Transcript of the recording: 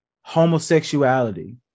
homosexuality